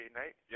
night